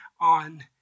on